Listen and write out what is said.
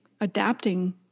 adapting